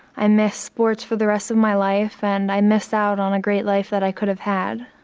i missed sports for the rest of my life and i miss out on a great life that i could have had.